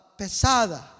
pesada